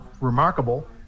remarkable